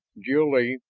jil-lee,